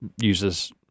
uses